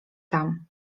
tam